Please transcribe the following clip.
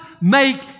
make